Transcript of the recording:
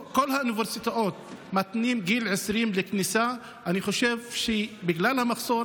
כל האוניברסיטאות מתנות כניסה בגיל 20. אני חושב שבגלל המחסור